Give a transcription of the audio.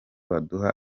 baduha